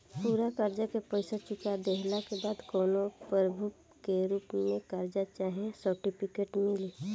पूरा कर्जा के पईसा चुका देहला के बाद कौनो प्रूफ के रूप में कागज चाहे सर्टिफिकेट मिली?